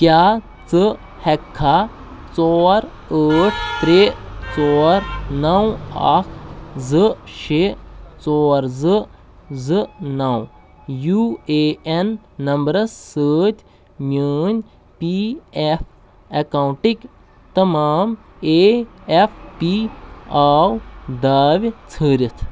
کیٛاہ ژٕ ہٮ۪ککھا ژور ٲٹھ ترٛےٚ ژور نَو اَکھ زٕ شےٚ ژور زٕ زٕ نَو یوٗ اے اٮ۪ن نمبرس سۭتۍ میٛٲنۍ پی اٮ۪ف اٮ۪کاوُنٛٹٕکۍ تمام اے اٮ۪ف پی آو داوِ ژھٲرِتھ